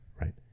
right